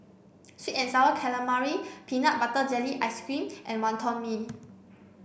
sweet and sour calamari peanut butter jelly ice cream and Wonton Mee